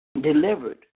delivered